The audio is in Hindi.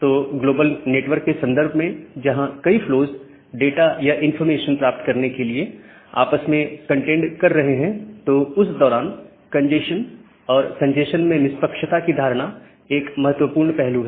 तो ग्लोबल नेटवर्क के संदर्भ में जहां कई फ्लोज डाटा या इंफॉर्मेशन प्राप्त करने के लिए आपस में कंटेंड कर रहे हैं तो उस दौरान कंजेस्शन और कंजेस्शन में निष्पक्षता की धारणा एक महत्वपूर्ण पहलू है